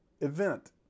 event